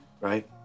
right